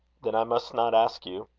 then i must not ask you?